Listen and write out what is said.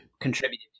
contributed